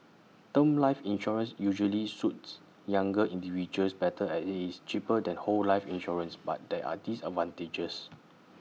term life insurance usually suits younger individuals better as IT is cheaper than whole life insurance but there are disadvantages